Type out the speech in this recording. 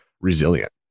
resilient